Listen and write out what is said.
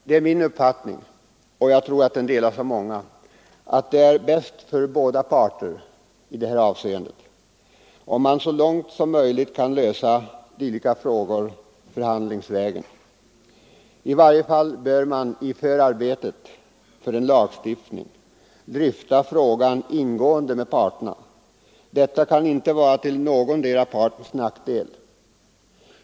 Det är min uppfattning — och jag tror att den delas av många — att det är bäst för båda parter i det här avseendet om man så långt som möjligt kan lösa dylika frågor förhandlingsvägen. I varje fall bör man vid förarbetena för en lagstiftning dryfta frågan ingående med parterna. Detta kan inte vara till någondera partens nackdel.